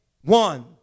one